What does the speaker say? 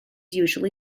usually